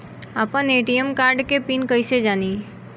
आपन ATM card के PIN कईसे जानी?